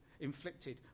inflicted